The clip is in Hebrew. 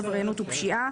עבריינות ופשיעה,